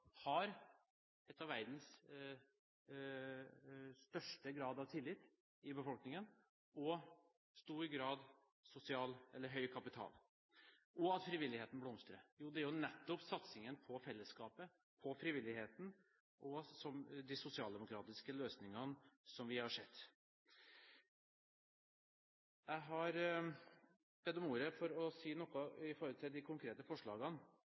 har sikret at Norge i dag er et av landene med største grad av tillit i befolkningen, med høy kapital og en frivillighet som blomstrer? Det er jo nettopp satsingen på fellesskapet, på frivilligheten og på de sosialdemokratiske løsningene vi har sett. Jeg har bedt om ordet for å si noe om de konkrete forslagene